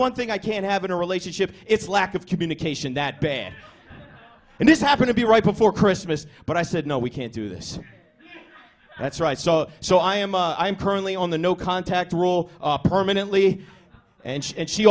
one thing i can't have in a relationship it's lack of communication that bad and this happened to be right before christmas but i said no we can't do this that's right so so i am currently on the no contact rule permanently and